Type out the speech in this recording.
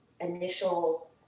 initial